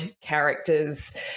characters